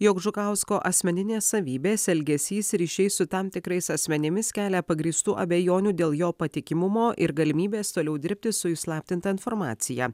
jog žukausko asmeninės savybės elgesys ryšiai su tam tikrais asmenimis kelia pagrįstų abejonių dėl jo patikimumo ir galimybės toliau dirbti su įslaptinta informacija